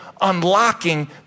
unlocking